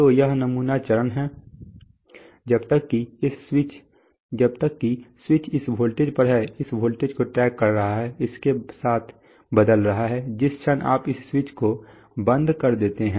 तो यह नमूना चरण है जब तक कि स्विच इस वोल्टेज पर है इस वोल्टेज को ट्रैक कर रहा है इसके साथ बदल रहा है जिस क्षण आप इस स्विच को बंद कर देते हैं